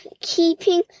keeping